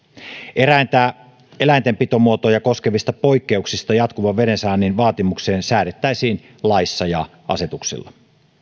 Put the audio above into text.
eräitä eläintenpitomuotoja koskevista poikkeuksista jatkuvan vedensaannin vaatimukseen säädettäisiin laissa ja asetuksilla